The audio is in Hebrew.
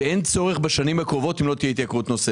ואין עוד צורך בשנים הקרובות אם לא תהיה התייקרות נוספת.